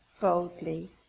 boldly